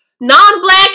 Non-black